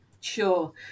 sure